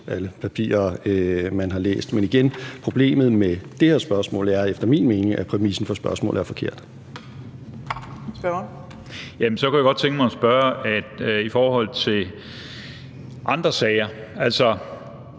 alle papirer, man har læst. Men igen: Problemet med det her spørgsmål er efter min mening, at præmissen for spørgsmålet er forkert. Kl. 15:10 Fjerde næstformand (Trine Torp):